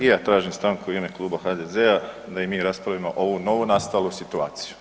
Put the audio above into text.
I ja tražim stanku u ime Kluba HDZ-a da i mi raspravimo ovu novonastalu situaciju.